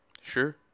sure